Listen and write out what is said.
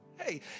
Hey